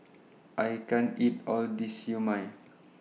I can't eat All This Siew Mai